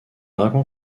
raconte